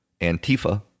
Antifa